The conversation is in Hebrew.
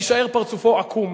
יישאר פרצופו עקום.